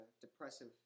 depressive